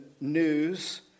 news